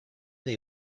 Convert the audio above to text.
they